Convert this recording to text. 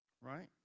right